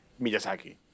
Miyazaki